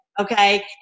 Okay